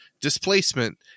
displacement